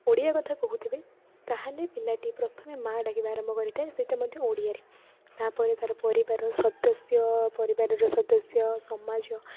ଓଡ଼ିଆ କଥା କହୁଥିବେ ତାହାହେଲେ ପିଲାଟି ପ୍ରଥମେ ମାଆ ଡ଼ାକିବା ଆରମ୍ଭ କରିଥାଏ ସେଇଟା ମଧ୍ୟ ଓଡ଼ିଆରେ ତାପରେ ତା'ର ପରିବାର ସଦସ୍ୟ ପରିବାରର ସଦସ୍ୟ ସମାଜ